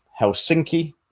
Helsinki